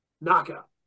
Knockout